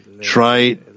try